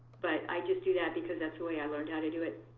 but i just do that because that's the way i learned how to do it.